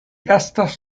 estas